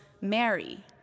Mary